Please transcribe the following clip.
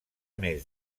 més